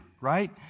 right